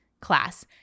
class